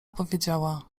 powiedziała